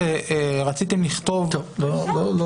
ואיפה התשובה שלו?